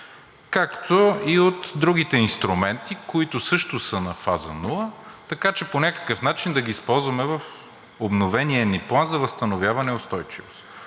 както и от другите инструменти, които също са на фаза нула, така че по някакъв начин да ги използваме в обновения ни План за възстановяване и устойчивост.